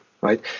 right